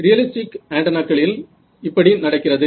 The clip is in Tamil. ரியலிஸ்டிக் ஆன்டென்னாக்களில் இப்படி நடக்கிறது